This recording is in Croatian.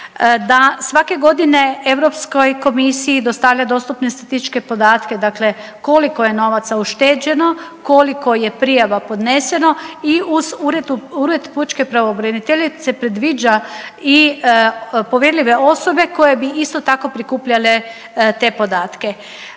da svake godine EU komisiji dostavlja dostupne statističke podatke, dakle koliko je novaca ušteđeno, koliko je prijava podneseno i uz Ured pučke pravobraniteljice predviđa i povjerljive osobe koje bi, isto tako, prikupljale te podatke.